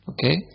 Okay